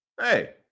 Hey